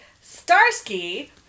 Starsky